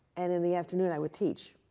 and in the afternoon, i would teach.